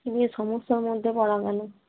সমস্যার মধ্যে পড়া গেল